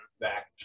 back